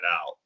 out